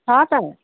छ त